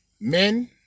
men